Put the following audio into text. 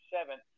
seven